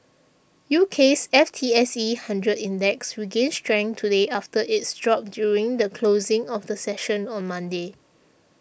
UK's F T S E Hundred Index regained strength today after its drop during the closing of the session on Monday